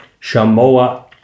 Shamo'a